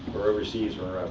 or overseas, or